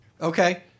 Okay